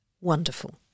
wonderful